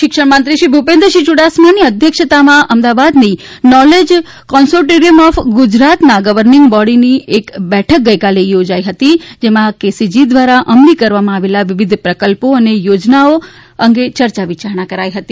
શિક્ષણમંત્રીશ્રી ભુપેન્દ્રસિંહ યુડાસમાની અધ્યક્ષતામાં અમદાવાદની નોલેજ કોન્સોર્ટિંથમ ઓફ ગુજરાતના ગવર્નીંગ બોડીની એક બેઠક ગઇકાલે યોજાઈ જેમાં કેસીજી દ્વારા અમલી કરવામાં આવેલા વિવિધ પ્રકલ્પો અને યોજનાઓ અને યર્યા વિયારણા કરાઇ હતી